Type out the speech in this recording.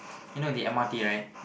you know the M_R_T right